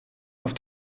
auf